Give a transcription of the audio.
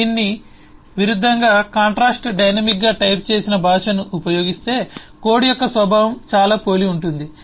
దీనికి విరుద్ధంగా డైనమిక్గా టైప్ చేసిన భాషను ఉపయోగిస్తే కోడ్ యొక్క స్వభావం చాలా పోలి ఉంటుంది